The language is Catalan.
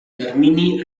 termini